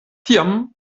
tiam